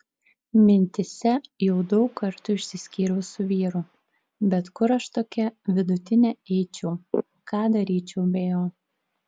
mintyse jau daug kartų išsiskyriau su vyru bet kur aš tokia vidutinė eičiau ką daryčiau be jo